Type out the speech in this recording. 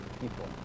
people